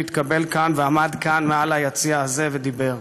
התקבל כאן ועמד כאן מעל הדוכן הזה ודיבר.